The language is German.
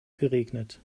geregnet